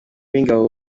b’ingabo